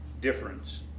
difference